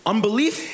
Unbelief